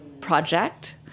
project